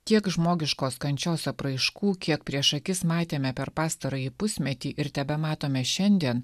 tiek žmogiškos kančios apraiškų kiek prieš akis matėme per pastarąjį pusmetį ir tebematome šiandien